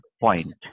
point